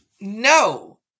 No